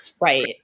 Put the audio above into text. Right